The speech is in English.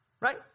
Right